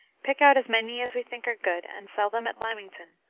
pick out as many as we think are good, and sell them at lymington.